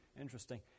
interesting